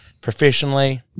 professionally